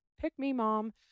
pick-me-mom